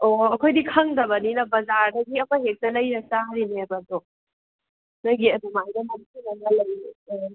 ꯑꯣ ꯑꯩꯈꯣꯏꯗꯤ ꯈꯪꯗꯕꯅꯤꯅ ꯕꯖꯥꯔꯗꯒꯤ ꯑꯩꯈꯣꯏ ꯍꯦꯛꯇ ꯂꯩꯔ ꯆꯥꯔꯤꯅꯦꯕ ꯑꯗꯣ ꯅꯣꯏꯒꯤ ꯑꯗꯨꯃꯥꯏꯅ ꯎꯝ